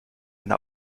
eine